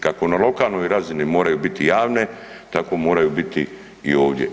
Kako na lokalnoj razini moraju biti javne tako moraju biti i ovdje.